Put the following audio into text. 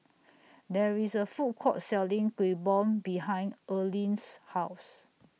There IS A Food Court Selling Kuih Bom behind Earlene's House